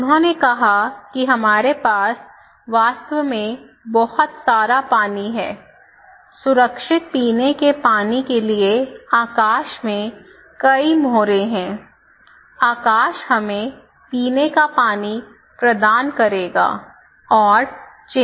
उन्होंने कहा कि हमारे पास वास्तव में बहुत सारा पानी है सुरक्षित पीने के पानी के लिए आकाश में कई मोहरें हैं आकाश हमें पीने का पानी प्रदान करेगा और चिंता न करें